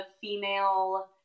female